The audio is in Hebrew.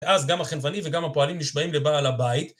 ואז גם החנווני וגם הפועלים נשבעים לבעל הבית.